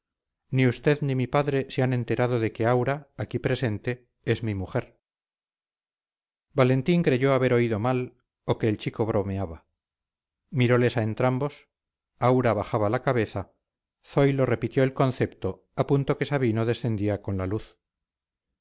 ni usted ni mi padre se han enterado de que aura aquí presente es mi mujer valentín creyó haber oído mal o que el chico bromeaba miroles a entrambos aura bajaba la cabeza zoilo repitió el concepto a punto que sabino descendía con la luz